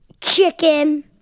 Chicken